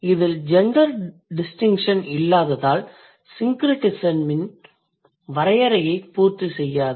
இதில் gender distinction இல்லாததால் syncretism இன் வரையறையைப் பூர்த்தி செய்யாது